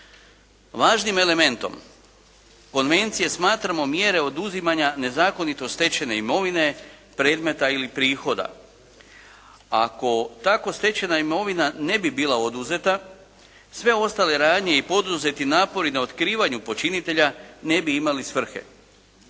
Važnim elementom konvencije smatramo mjere oduzimanja nezakonito stečene imovine, predmeta ili prihoda. Ako tako stečena imovina ne bi bila oduzeta, sve ostale radnje i poduzeti napori na otkrivanju počinitelja ne bi imali svrhe,